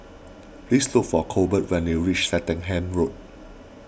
please look for Colbert when you reach Swettenham Road